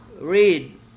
read